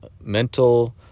mental